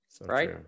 right